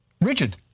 rigid